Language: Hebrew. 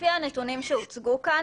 לפי הנתונים שהוצגו כאן,